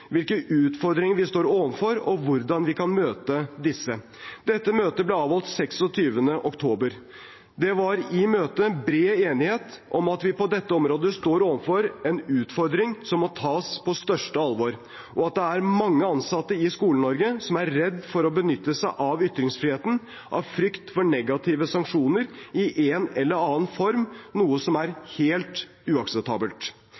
hvilke utfordringer vi står overfor, og hvordan vi kan møte disse. Dette møtet ble avholdt den 26. oktober. Det var i møtet bred enighet om at vi på dette området står overfor en utfordring som må tas på største alvor, og at det er mange ansatte i Skole-Norge som er redd for å benytte seg av ytringsfriheten av frykt for negative sanksjoner i en eller annen form, noe som